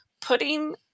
putting